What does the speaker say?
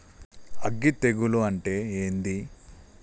అగ్గి తెగులు అంటే ఏంది?